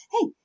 hey